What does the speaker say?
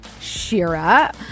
Shira